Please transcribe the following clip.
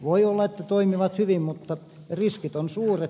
voi olla että toimivat hyvin mutta riskit ovat suuret